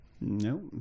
Nope